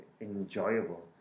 enjoyable